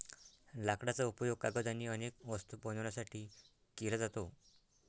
लाकडाचा उपयोग कागद आणि अनेक वस्तू बनवण्यासाठी केला जातो